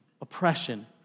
oppression